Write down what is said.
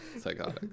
psychotic